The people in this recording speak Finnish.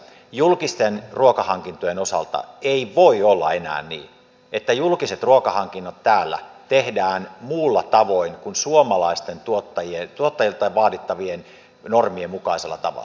julkisten ruokahankintojen osalta ei voi olla enää niin että julkiset ruokahankinnat täällä tehdään muulla tavoin kuin suomalaisilta tuottajilta vaadittavien normien mukaisella tavalla